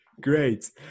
Great